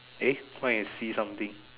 eh why I see something